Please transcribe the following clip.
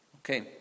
Okay